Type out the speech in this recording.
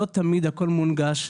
לא תמיד הכול מונגש,